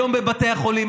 היום בבתי החולים,